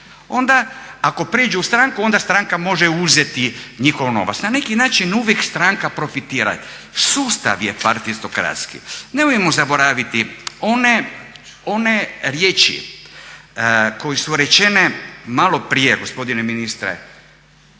onda ako pređu u stranku onda stranka može uzeti njihov novac. Na neki način uvijek stranka profitira. Sustav je partitokrtski. Nemojmo zaboraviti one riječi koje su rečene maloprije gospodine ministre